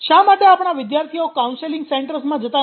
શા માટે આપણાં વિદ્યાર્થીઓ કાઉન્સિલિંગ સેન્ટર્સમાં જતા નથી